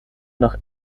nach